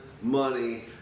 money